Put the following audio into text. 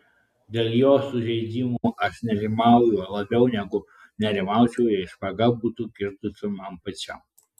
dėl jo sužeidimo aš nerimauju labiau negu nerimaučiau jei špaga būtų kirtusi man pačiam